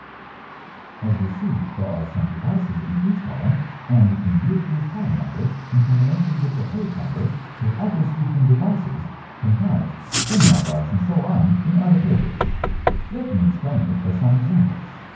as you see, there are some devices in each column and we can use these column numbers in combination with the page number to address different devices contacts terminal blocks, and so on in other pages let me explain it by some examples